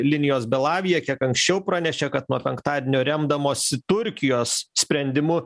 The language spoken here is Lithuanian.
linijos belavija kiek anksčiau pranešė kad nuo penktadienio remdamosi turkijos sprendimu